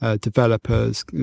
developers